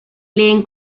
lehen